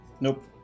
Nope